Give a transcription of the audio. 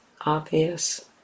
obvious